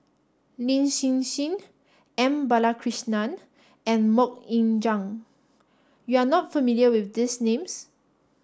Lin Hsin Hsin M Balakrishnan and Mok Ying Jang you are not familiar with these names